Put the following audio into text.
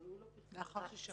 לאחר ששמע.